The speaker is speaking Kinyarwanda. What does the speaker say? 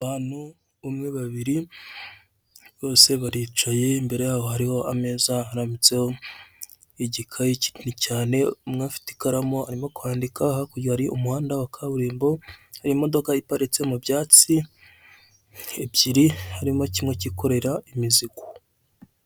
Abantu umwe babiri, Bose baricaye, imbere yabo hariho ameza arambitseho igikaye kinini cyane ,umwe afite ikaramu arimo kwandika, hakurya hari umuhanda wa kaburimbo, hari imodoka iparitse mubyatsi ,ebyiri harimo kimwe kikorera imizigo.